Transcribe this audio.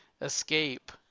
escape